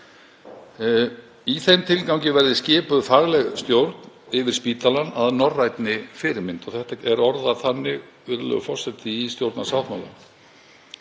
Í þeim tilgangi verði skipuð fagleg stjórn yfir spítalann að norrænni fyrirmynd, það er orðað þannig, virðulegur forseti, í stjórnarsáttmálanum.